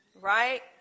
right